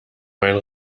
mein